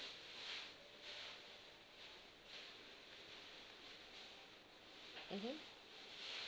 mmhmm